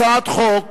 הצעת חוק